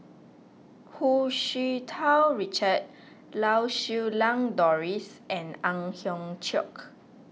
Hu Tsu Tau Richard Lau Siew Lang Doris and Ang Hiong Chiok